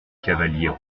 cavaliers